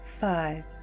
Five